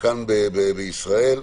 כאן בישראל.